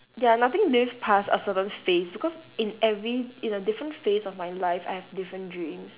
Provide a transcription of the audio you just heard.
ya nothing lived passed a certain phase because in every in a different phase of my life I have different dreams